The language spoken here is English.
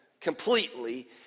completely